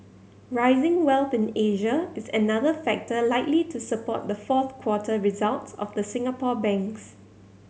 rising wealth in Asia is another factor likely to support the fourth quarter results of the Singapore banks